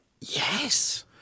Yes